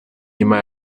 nyuma